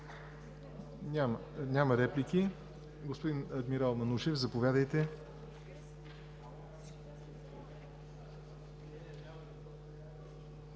Няма. Господин адмирал Манушев, заповядайте